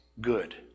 good